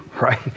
right